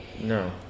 No